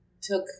took